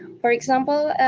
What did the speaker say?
for example,